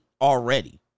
already